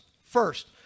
first